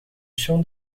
chão